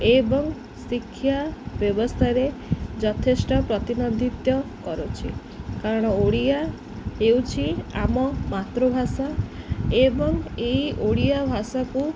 ଏବଂ ଶିକ୍ଷା ବ୍ୟବସ୍ଥାରେ ଯଥେଷ୍ଟ ପ୍ରତିନିଧିତ୍ୱ କରୁଛି କାରଣ ଓଡ଼ିଆ ହେଉଛି ଆମ ମାତୃଭାଷା ଏବଂ ଏଇ ଓଡ଼ିଆ ଭାଷାକୁ